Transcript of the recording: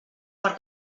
per